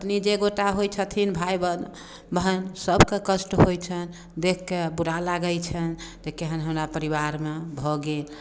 पत्नी जे एगोटा होइ छथिन भाइ बन्धु भाइ सभके कष्ट होइ छनि देखकेँ बुरा लागै छनि जे केहन हमरा परिवारमे भऽ गेल